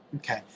Okay